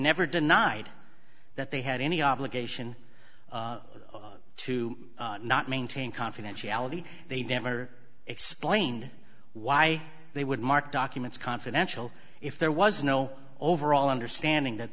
never denied that they had any obligation to not maintain confidentiality they never explained why they would mark documents confidential if there was no overall understanding